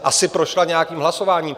Asi prošla nějakým hlasováním.